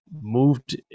moved